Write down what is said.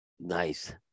Nice